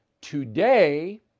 today